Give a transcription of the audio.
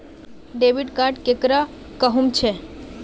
Debit card केकरा कहुम छे?